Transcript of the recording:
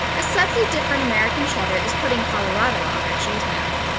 a subtly different american cheddar is putting colorado on our cheese map.